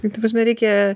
tai ta prasme reikia